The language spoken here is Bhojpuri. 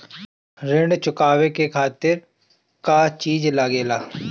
ऋण चुकावे के खातिर का का चिज लागेला?